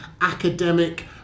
academic